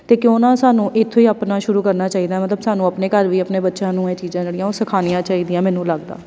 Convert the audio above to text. ਅਤੇ ਕਿਉਂ ਨਾ ਸਾਨੂੰ ਇੱਥੋਂ ਹੀ ਆਪਣਾ ਸ਼ੁਰੂ ਕਰਨਾ ਚਾਹੀਦਾ ਮਤਲਬ ਸਾਨੂੰ ਆਪਣੇ ਘਰ ਵੀ ਆਪਣੇ ਬੱਚਿਆਂ ਨੂੰ ਇਹ ਚੀਜ਼ਾਂ ਜਿਹੜੀਆਂ ਉਹ ਸਿਖਾਉਣੀਆਂ ਚਾਹੀਦੀਆਂ ਮੈਨੂੰ ਲੱਗਦਾ